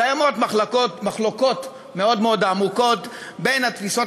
קיימות מחלוקות מאוד עמוקות בין התפיסות